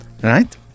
Right